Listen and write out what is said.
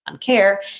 care